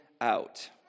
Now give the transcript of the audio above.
out